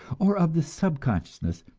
or of the subconsciousness,